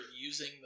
using